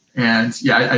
and, yeah,